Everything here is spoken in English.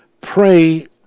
pray